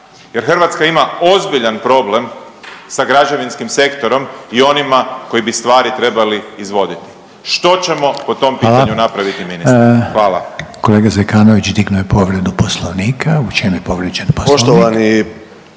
jer Hrvatska ima ozbiljan problem sa građevinskim sektorom i onima koji bi stvari trebali izvoditi. Što ćemo po tom …/Upadica: Hvala./… pitanju napraviti ministre? Hvala. **Reiner, Željko (HDZ)** Kolega Zekanović dignuo je povredu Poslovnika. U čem je povrijeđen Poslovnik?